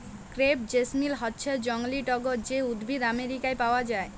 crepe jasmine হচ্যে জংলী টগর যে উদ্ভিদ আমেরিকায় পাওয়া যায়